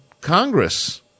Congress